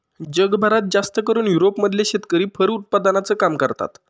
जगभरात जास्तकरून युरोप मधले शेतकरी फर उत्पादनाचं काम करतात